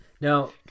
Now